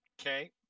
Okay